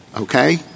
okay